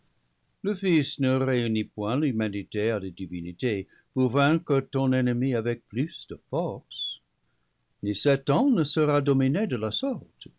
le fils ne réunit point l'humanité à la divinité pour vaincre ton ennemi avec plus de force ni satan ne sera dominé de la sorte